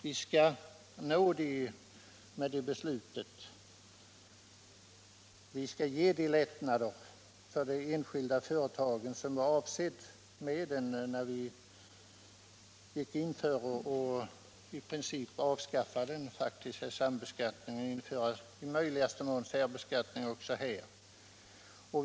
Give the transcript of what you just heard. Vi skall genom detta beslut ge de lättnader för de enskilda företagen som avsågs när vi gick in för att i princip avskaffa den faktiska sambeskattningen och i möjligaste mån införa särbeskattning också här.